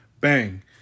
Bang